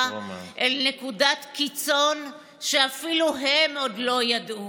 אל נקודת קיצון שאפילו הן עוד לא ידעו.